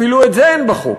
אפילו זה אין בחוק.